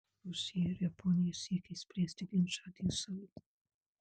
rusija ir japonija siekia išspręsti ginčą dėl salų